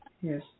Yes